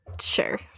Sure